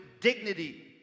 dignity